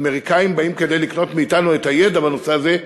האמריקנים באים כדי לקנות מאתנו את הידע בנושא הזה,